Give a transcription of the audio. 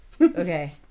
Okay